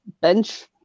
bench